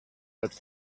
that